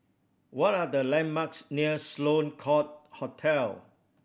what are the landmarks near Sloane Court Hotel